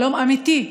שלום אמיתי,